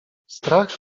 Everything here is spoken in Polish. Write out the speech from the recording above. strach